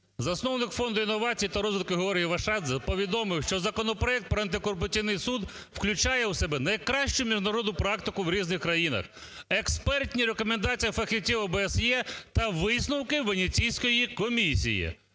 "Засновник фонду інновацій та розвитку Георгій Вашадзе повідомив, що законопроект про антикорупційний суд включає в себе найкращу міжнародну практику в різних країнах, експертні рекомендації фахівців ОБСЄ та висновки Венеційської комісії".